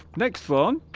next one